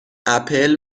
اپل